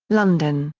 london,